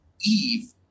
Eve